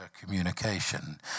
communication